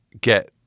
get